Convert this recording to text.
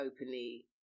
openly